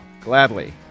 Gladly